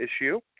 issue